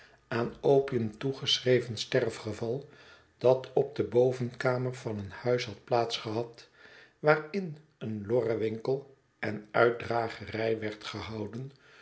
aan opium toegeschreven sterfgeval dat op de bovenkamer van een huis had plaats gehad waarin een lorrenwinkel en uitdragerij werd gehouden